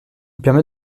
permet